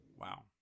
Wow